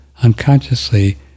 unconsciously